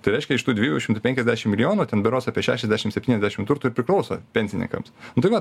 tai reiškia iš tų dviejų šimtų penkiasdešim milijonų ten berods apie šešiasdešim septyniasdešim turto ir priklauso pensininkams nu tai va